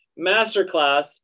masterclass